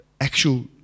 actual